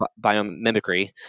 biomimicry